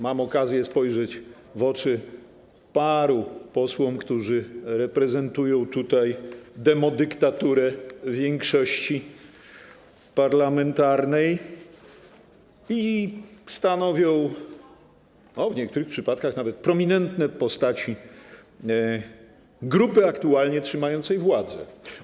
Mam okazję spojrzeć w oczy paru posłom, którzy reprezentują tutaj demodyktaturę większości parlamentarnej i stanowią, o, w niektórych przypadkach nawet prominentne postaci grupy aktualnie trzymającej władzę.